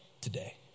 today